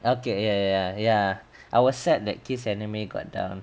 okay ya ya ya I was sad that kiss anime got dumped